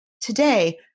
Today